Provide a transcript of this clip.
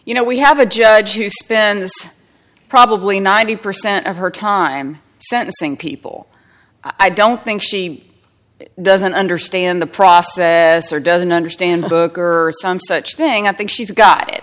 you know we have a judge who spend probably ninety percent of her time sentencing people i don't think she doesn't understand the process doesn't understand the booker or some such thing i think she's got